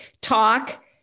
talk